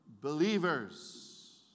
believers